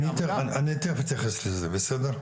אני תיכף אתייחס לזה, בסדר?